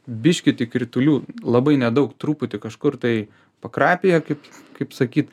biški tik kritulių labai nedaug truputį kažkur tai pakrapija kaip kaip sakyt